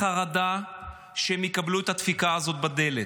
בחרדה שהן יקבלו את הדפיקה הזו בדלת.